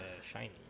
Shiny